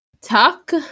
Tuck